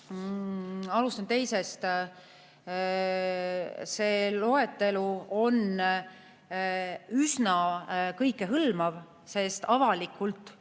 Alustan teisest. See loetelu on üsna kõikehõlmav, sest avalikult